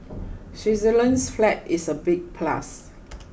Switzerland's flag is a big plus